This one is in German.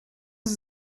sie